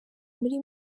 muri